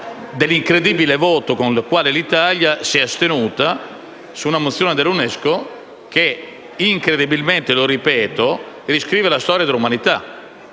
dell'incredibile voto con il quale l'Italia si è astenuta su una mozione dell'UNESCO che incredibilmente - lo ripeto - riscrive la storia dell'umanità.